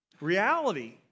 Reality